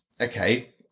okay